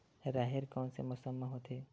राहेर कोन से मौसम म होथे?